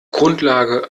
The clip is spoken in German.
grundlage